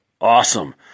Awesome